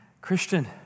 Christian